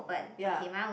ya